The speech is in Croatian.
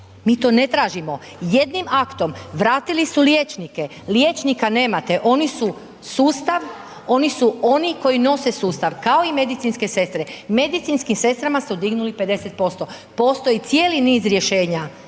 Mi to ne tražimo. Jednim aktom vratili su liječnike, liječnika nemate, oni su sustav, oni su oni koji nose sustav kao i medicinske sestre. Medicinskim sestrama su dignuli 50%. Postoji cijeli niz rješenja.